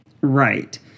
Right